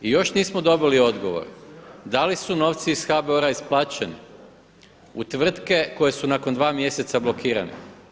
I još nismo dobili odgovor da li su novci iz HBOR-a isplaćeni u tvrtke koje su nakon dva mjeseca blokirane.